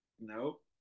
Nope